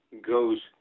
goes